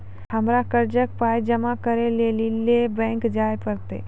हमरा कर्जक पाय जमा करै लेली लेल बैंक जाए परतै?